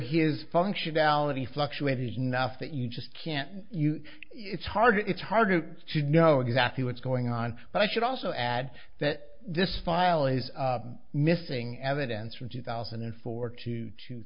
his functionality fluctuated enough that you just can't you it's hard it's hard to know exactly what's going on but i should also add that this file is missing evidence from two thousand and four to two